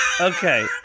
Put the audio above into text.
okay